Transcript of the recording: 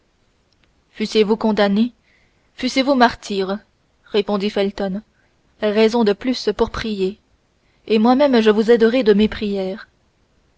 fussiez-vous condamnée fussiez-vous martyre répondit felton raison de plus pour prier et moi-même je vous aiderai de mes prières